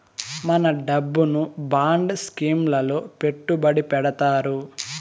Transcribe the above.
మన డబ్బును bond scheme లలో పెట్టుబడి పెడతారు